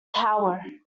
power